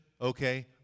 okay